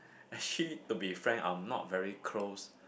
actually to be frank I'm not very close